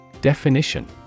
Definition